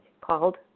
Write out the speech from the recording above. called